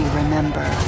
remember